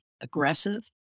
aggressive